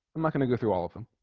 i'm not gonna go through all of them